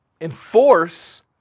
enforce